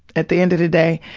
at the end of the day.